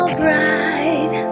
bright